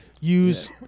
use